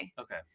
Okay